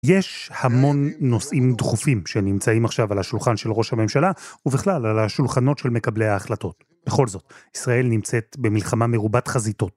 יש המון נושאים דחופים שנמצאים עכשיו על השולחן של ראש הממשלה ובכלל על השולחנות של מקבלי ההחלטות. בכל זאת, ישראל נמצאת במלחמה מרובת חזיתות.